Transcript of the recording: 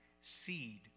seed